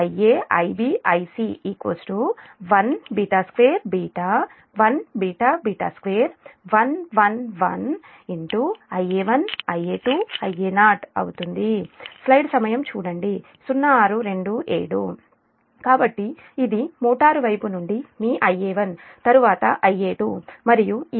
Ia Ib Ic 1 2 1 2 1 1 1 Ia1 Ia2 Ia0 కాబట్టి ఇది motor వైపు నుండి మీ Ia1 తరువాత Ia2 మరియు ఇది మీ Ia0 j0